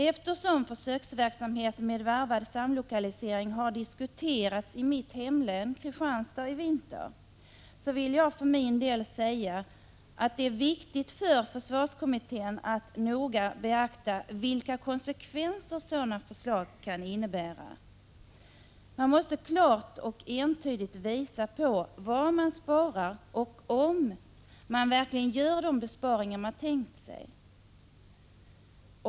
Eftersom försöksverksamhet med varvad samlokalisering har diskuterats i mitt hemlän, Kristianstads län, under vintern, vill jag för min del säga, att det är viktigt för försvarskommittén att noga beakta vilka konsekvenser sådana förslag kan innebära. Man måste klart och entydigt visa på vad man sparar och om man verkligen gör de besparingar man tänkt sig.